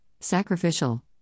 sacrificial